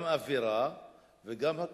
גם אווירה וגם הכול.